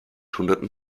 hunderten